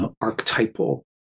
archetypal